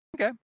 Okay